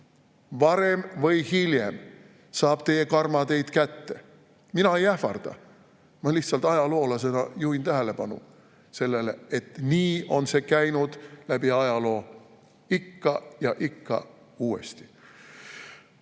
Varem või hiljem saab teie karma teid kätte. Mina ei ähvarda. Ma ajaloolasena lihtsalt juhin tähelepanu sellele, et nii on see käinud läbi ajaloo ikka ja ikka uuesti.